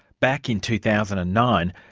back in two thousand and nine,